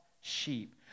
sheep